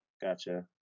Gotcha